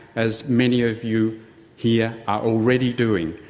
as many of you here are already doing,